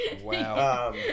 Wow